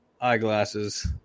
eyeglasses